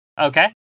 Okay